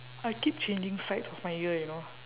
I keep changing sides of my ear you know